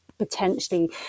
Potentially